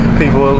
people